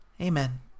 Amen